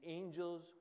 angels